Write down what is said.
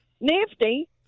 nifty